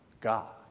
God